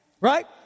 Right